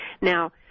Now